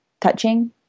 touching